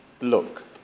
Look